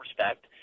respect